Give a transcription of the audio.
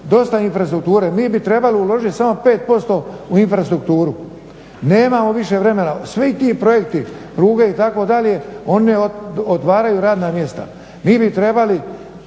dosta infrastrukture. Mi bi trebalo samo uložiti 5% u infrastrukturu. Nemamo više vremena. Svi ti projekti, pruge itd., oni otvaraju radna mjesta. Mi bi trebali